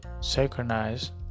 synchronize